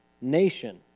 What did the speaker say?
nation